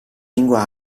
lingua